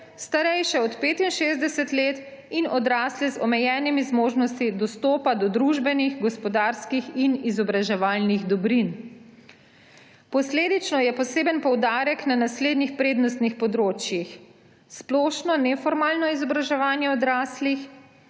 starejše od 65 let in odrasle z omejenimi zmožnostmi dostopa do družbenih, gospodarskih in izobraževalnih dobrin. Posledično je poseben poudarek na naslednjih prednostnih področjih: splošno neformalno izobraževanje odraslih,